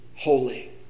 Holy